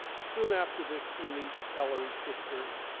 soon after this he meets ellery's sister